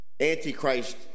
Antichrist